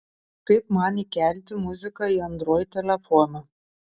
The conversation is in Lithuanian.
kaip man įkelti muziką į android telefoną